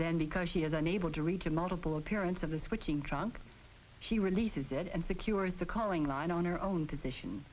then because he is unable to reach a multiple appearance of the switching trunk she releases it and secures the calling line on her own position